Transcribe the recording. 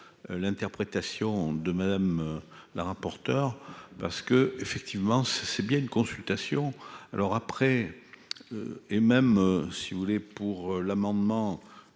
l'interprétation de Madame la rapporteure parce que effectivement c'est : c'est bien une consultation alors après, et même si vous voulez pour l'amendement,